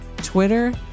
Twitter